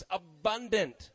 abundant